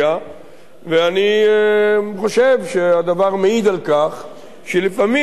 ואני חושב שהדבר מעיד על כך שלפעמים נזקקים,